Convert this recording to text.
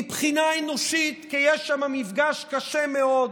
מבחינה אנושית, כי יש שם מפגש קשה מאוד